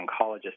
oncologist